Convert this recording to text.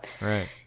Right